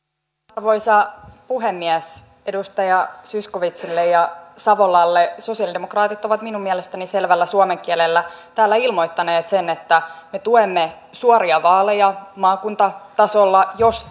arvoisa puhemies edustaja zyskowiczille ja savolalle sosialidemokraatit ovat minun mielestäni selvällä suomen kielellä täällä ilmoittaneet sen että me tuemme suoria vaaleja maakuntatasolla jos